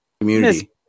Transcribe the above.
community